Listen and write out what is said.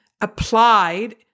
applied